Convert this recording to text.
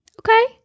okay